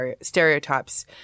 stereotypes